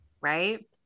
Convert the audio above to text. Right